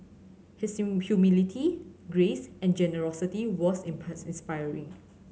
his humility grace and generosity was inspiring